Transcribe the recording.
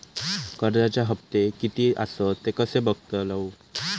कर्जच्या हप्ते किती आसत ते कसे बगतलव?